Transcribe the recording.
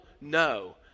no